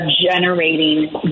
generating